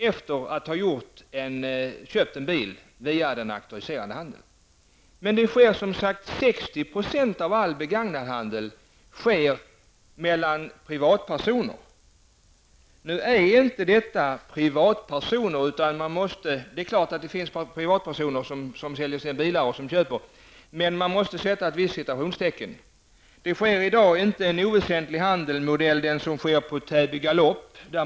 Bilen har då köpts i den auktoriserade handeln. 60 % av all handel med begagnade bilar sker alltså mellan privatpersoner. Även om det kan röra sig om privatpersoner som själv köper bilar, måste man nog sätta citationstecken kring ordet privatpersoner. Det sker i dag t.ex. inte en oväsentlig handel på Täby galopp.